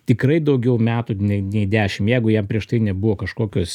tikrai daugiau metų nei nei dešim jeigu jam prieš tai nebuvo kažkokios